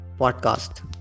podcast